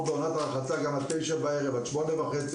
בעונת הרחצה יש אור עד 21:00 או 20:30,